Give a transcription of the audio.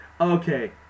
Okay